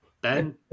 Ben